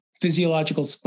physiological